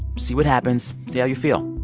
see what happens. see how you feel.